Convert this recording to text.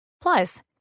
Plus